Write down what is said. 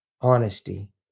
honesty